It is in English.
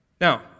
Now